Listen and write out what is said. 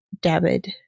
David